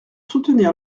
soutenir